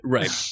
Right